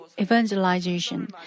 evangelization